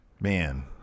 Man